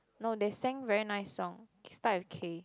no they sang very nice song start with K